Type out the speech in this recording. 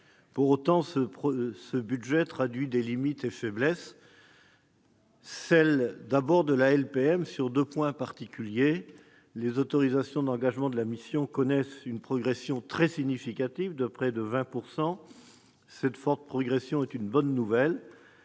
Pour autant, ce procès ce budget traduit certaines limites et faiblesses. Celles, d'abord, de la LPM sur deux points particuliers : les autorisations d'engagement de la mission connaissent une progression très significative, de près de 20 %. Cette forte progression est une bonne nouvelle,